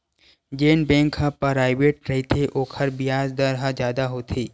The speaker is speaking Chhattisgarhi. जेन बेंक ह पराइवेंट रहिथे ओखर बियाज दर ह जादा होथे